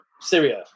Syria